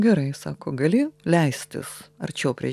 gerai sako gali leistis arčiau prie